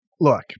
Look